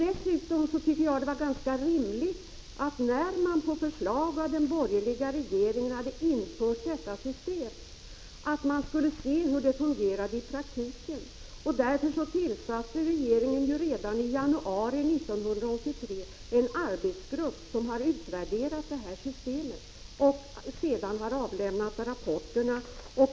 Dessutom tycker jag att det var ganska rimligt att man, när man på förslag av den borgerliga regeringen hade infört detta system, skulle se hur det fungerade i praktiken. Därför tillsatte regeringen redan i januari 1983 en arbetsgrupp, som har utvärderat det här systemet och sedan avlämnat rapporter.